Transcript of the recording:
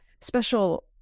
special